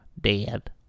Dead